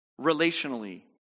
relationally